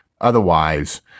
Otherwise